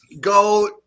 Go